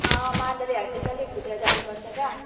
अँ मादरी हाइटदेखि अलिक भित्र जानुपर्छ क्या